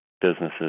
businesses